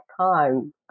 time